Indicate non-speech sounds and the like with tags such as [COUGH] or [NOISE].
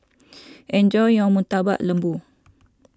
[NOISE] enjoy your Murtabak Lembu